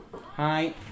Hi